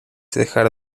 dejar